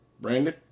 Brandon